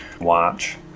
watch